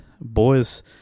Boys